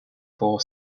four